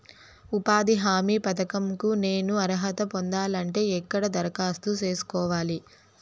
ఉపాధి హామీ పథకం కు నేను అర్హత పొందాలంటే ఎక్కడ దరఖాస్తు సేసుకోవాలి?